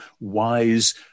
wise